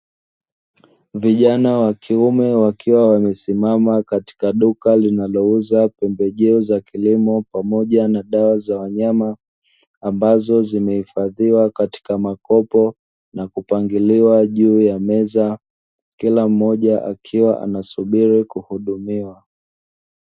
Vijana wa kiume wakiwa wamesimama katika duka linalouza pembejeo za kilimo pamoja na dawa za wanyama, ambazo zimehifadhiwa katika makopo na kupangiliwa juu ya meza, kila mmoja akiwa anasubiri kuhudumiwa.